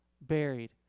buried